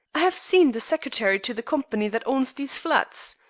i have seen the secretary to the company that owns these flats.